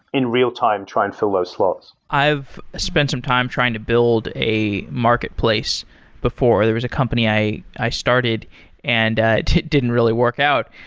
in real-time, try and fill those slots i've spent some time trying to build a marketplace before, or there's a company i i started and didn't really work out.